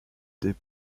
des